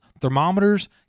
thermometers